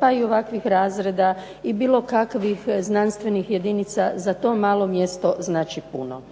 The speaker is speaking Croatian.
pa i ovakvih razreda i bilo kakvih znanstvenih jedinica za to malo mjesto znači puno.